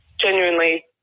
genuinely